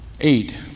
Eight